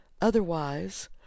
Otherwise